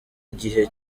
igihe